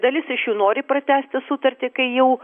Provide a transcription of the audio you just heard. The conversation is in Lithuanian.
dalis iš jų nori pratęsti sutartį kai jau